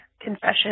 confession